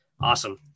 Awesome